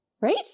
right